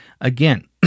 Again